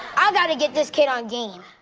i gotta get this kid on game!